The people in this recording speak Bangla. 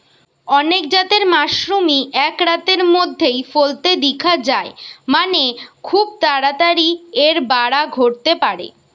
অনেক জাতের মাশরুমই এক রাতের মধ্যেই ফলতে দিখা যায় মানে, খুব তাড়াতাড়ি এর বাড়া ঘটতে পারে